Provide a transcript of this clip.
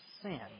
sin